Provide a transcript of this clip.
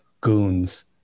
goons